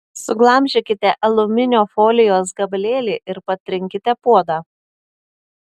suglamžykite aliuminio folijos gabalėlį ir patrinkite puodą